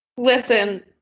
Listen